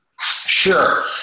Sure